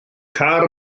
car